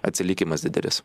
atsilikimas didelis